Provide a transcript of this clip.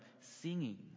singing